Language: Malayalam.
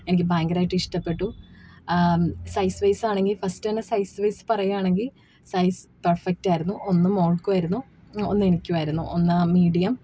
എനിക്ക് ഭയങ്കരമായിട്ട് ഇഷ്ടപ്പെട്ടു സൈസ് വൈസാണെങ്കിൽ ഫസ്റ്റ് തന്നെ സൈസ് വൈസ് പറയാണെങ്കിൽ സൈസ് പെർഫെക്റ്റ് ആയിരുന്നു ഒന്നു മോൾക്കുമായിരുന്നു ഒന്നു എനിക്കുമായിരുന്നു ഒന്നു മീഡിയം